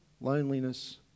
loneliness